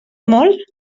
molt